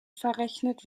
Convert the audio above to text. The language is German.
verrechnet